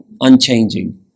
unchanging